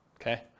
Okay